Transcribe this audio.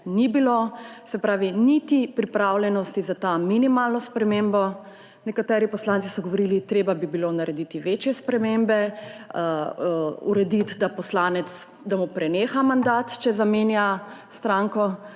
ni bilo, se pravi niti pripravljenosti za to minimalno spremembo. Nekateri poslanci so govorili, da bi bilo treba narediti večje spremembe, urediti, da poslancu preneha mandat, če zamenja stranko.